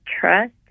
trust